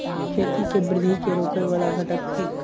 खेती केँ वृद्धि केँ रोकय वला घटक थिक?